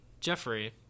jeffrey